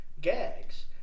gags